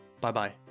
Bye-bye